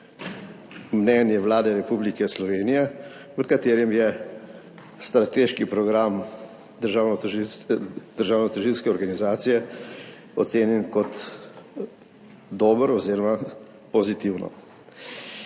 mnenje Vlade Republike Slovenije, v katerem je strateški program državnotožilske organizacije ocenjen kot dober oziroma pozitivno.